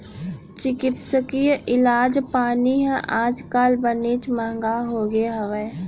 चिकित्सकीय इलाज पानी ह आज काल बनेच महँगा होगे हवय